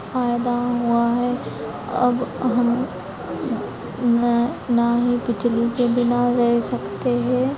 फ़ायदा हुआ है अब हम न ना ही बिजली के बिना रह सकते हैं